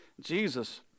Jesus